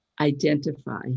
identify